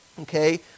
Okay